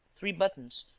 three buttons,